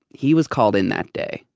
he was called in that day,